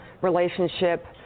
relationship